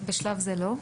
בשלב זה לא.